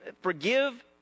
forgive